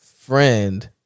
friend